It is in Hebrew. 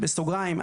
בסוגריים,